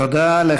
תודה, אדוני.